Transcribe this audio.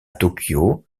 tokyo